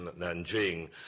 Nanjing